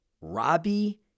robbie